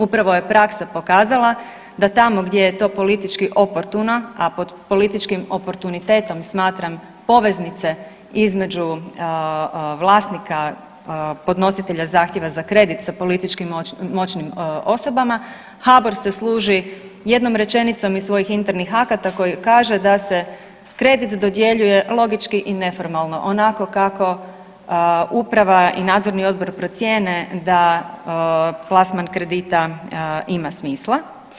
Upravo je praksa pokazala da tamo gdje je to politički oportuno, a pod političkim oportunitetom smatram poveznice između vlasnika podnositelja zahtjeva za kredit sa politički moćnim osobama HBOR se služi jednom rečenicom iz svojih internih akata koji kaže da se kredit dodjeljuje logički i neformalno, onako kako uprava i nadzorni odbor procijene da plasman kredita ima smisla.